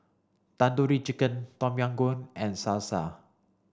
Tandoori Chicken Tom Yam Goong and Salsa